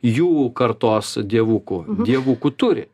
jų kartos dievukų dievukų turi